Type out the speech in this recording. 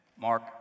Mark